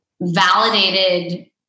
validated